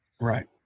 Right